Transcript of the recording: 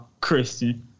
Christian